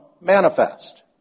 manifest